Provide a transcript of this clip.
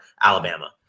Alabama